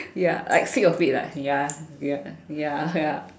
ya I get sick of it ya ya ya